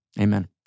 Amen